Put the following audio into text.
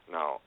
Now